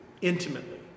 intimately